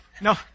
no